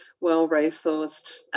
well-resourced